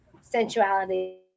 sensuality